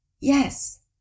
Yes